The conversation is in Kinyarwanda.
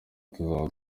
tuzaba